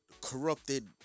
corrupted